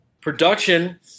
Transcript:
Production